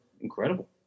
incredible